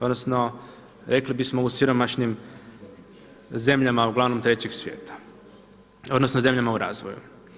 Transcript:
Odnosno rekli bismo u siromašnim zemljama uglavnom 3. svijeta, odnosno zemljama u razvoju.